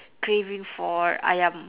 craving for ayam